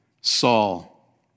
Saul